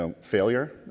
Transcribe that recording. failure